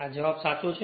તેથી જવાબ સાચો છે